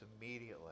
immediately